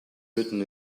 written